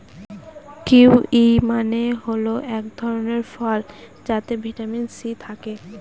kiwi মানে হল এক ধরনের ফল যাতে ভিটামিন সি থাকে